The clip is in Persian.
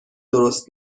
درست